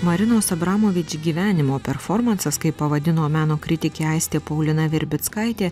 marinos abramovič gyvenimo performansas kaip pavadino meno kritikė aistė paulina virbickaitė